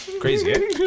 Crazy